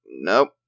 nope